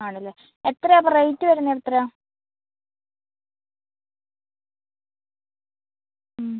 ആണ് അല്ലേ എത്രയാണ് അപ്പം റേറ്റ് വരുന്നത് എത്രയാണ് മ്